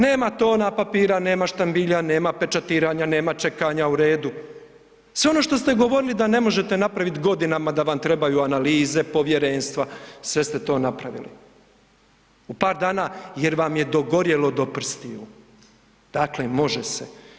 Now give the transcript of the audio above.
Nema tona papira, nema štambilja, nema pečatiranja, nema čekanja u redu, sve ono što ste govorili da ne možete napraviti godinama da vam trebaju analize, povjerenstva, sve ste to napravili u par dana jer vam je dogorjelo do prstiju, dakle može se.